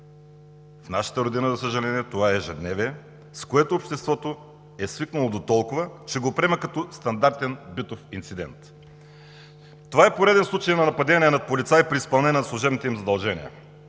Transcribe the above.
В нашата родина, за съжаление, това е ежедневие, с което обществото е свикнало дотолкова, че го приема като стандартен битов инцидент. Това е пореден случай на нападение на полицаи при изпълнение на служебните им задължения.